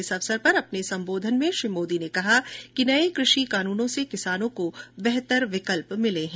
इस अवसर पर अपने संबोधन में श्री मोदी ने कहा कि नये कृषि कानूनों ने किसानों को बेहतर विकल्प दिये है